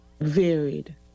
varied